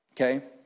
Okay